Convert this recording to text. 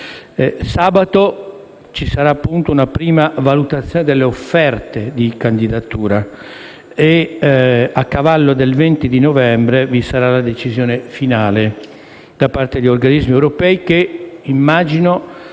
Sabato ci sarà una prima valutazione delle offerte di candidatura. A cavallo del 20 novembre sarà presa la decisione finale da parte di organismi europei che - immagino